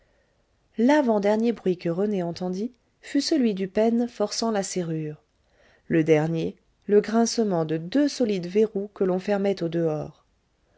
l'avant-dernier bruit que rené entendit fut celui du pêne forçant la serrure le dernier le grincement de deux solides verrous que l'on fermait au dehors